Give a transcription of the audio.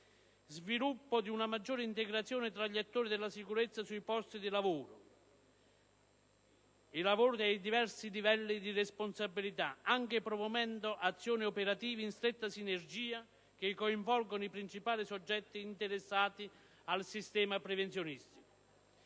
sviluppo di una maggiore integrazione tra gli attori della sicurezza sui posti di lavoro (i lavoratori ai diversi livelli di responsabilità), anche promuovendo azioni operative in stretta sinergia che coinvolgono i principali soggetti interessati al sistema prevenzionistico;